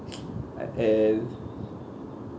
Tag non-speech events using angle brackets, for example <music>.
<noise> uh uh